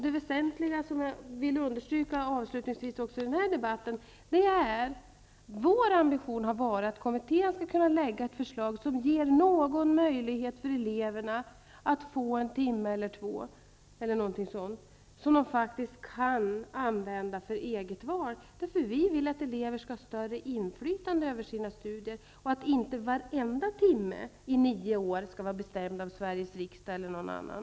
Det väsentliga som jag vill understryka i debatten är att vår ambition har varit att kommittén skall kunna lägga ett förslag som ger eleverna en timme eller två som de kan använda för eget val. Vi vill att elever skall ha större inflytande över sina studier och att inte varenda timme i nio år skall vara bestämd av Sveriges riksdag eller av någon annan.